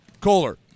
Kohler